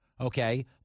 okay